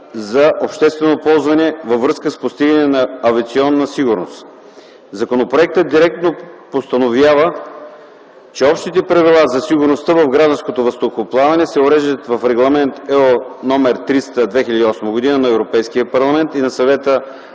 за обществено ползване, във връзка с постигане на авиационна сигурност. Законопроектът директно постановява, че общите правила за сигурността в гражданското въздухоплаване се уреждат в Регламент (ЕО) № 300/2008 на Европейския парламент и на Съвета